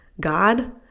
God